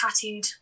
tattooed